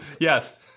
Yes